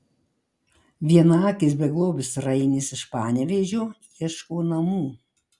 vienaakis beglobis rainis iš panevėžio ieško namų